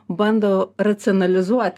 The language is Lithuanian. bando racionalizuot